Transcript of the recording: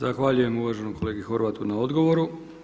Zahvaljujem uvaženom kolegi Horvatu na odgovoru.